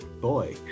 boy